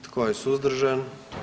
Tko je suzdržan?